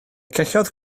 celloedd